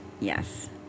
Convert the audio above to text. yes